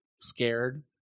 Scared